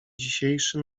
dzisiejszy